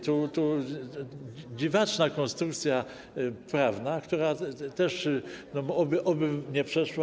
To jest dziwaczna konstrukcja prawna, która też oby nie przeszła.